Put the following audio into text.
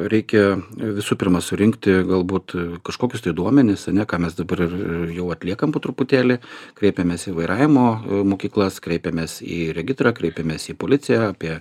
reikia visų pirma surinkti galbūt kažkokius tai duomenis ane ką mes dabar ir jau atliekam po truputėlį kreipėmės į vairavimo mokyklas kreipėmės į regitrą kreipėmės į policiją apie